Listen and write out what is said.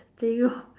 thing lor